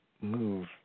move